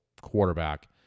quarterback